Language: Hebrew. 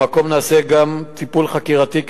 במקום נעשה גם טיפול חקירתי כנגדם,